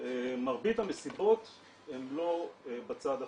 מרבית המסיבות הן לא בצד החוקי.